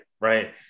right